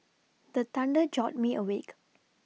the thunder jolt me awake